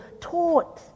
taught